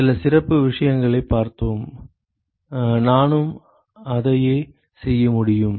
சில சிறப்பு விஷயங்களை பார்த்தோம் நானும் அதையே செய்ய முடியும்